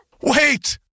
Wait